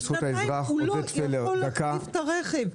שנתיים הוא לא יכול להחליף את הרכב.